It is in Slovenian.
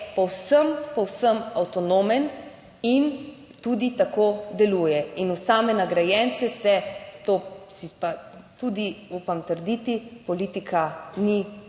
povsem, povsem avtonomen in tudi tako deluje in v same nagrajence se, to si pa tudi upam trditi, politika ni,